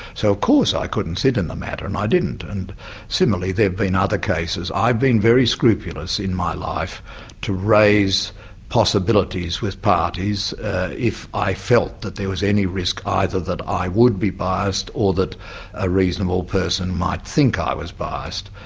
so of course i couldn't sit in the matter and i didn't. and similarly there've been other cases. i've been very scrupulous in my life to raise possibilities with parties if i felt that there was any risk either that i would be biased or that a reasonable person might think i was biased.